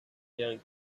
young